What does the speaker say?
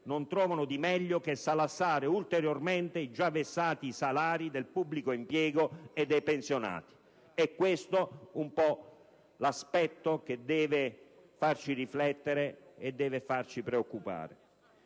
non trovano di meglio che salassare ulteriormente i già vessati salari del pubblico impiego e dei pensionati. Questo è l'aspetto che deve farci riflettere e preoccupare.